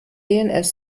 dns